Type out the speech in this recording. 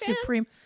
supreme